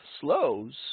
slows